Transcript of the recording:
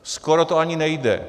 Skoro to ani nejde.